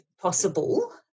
possible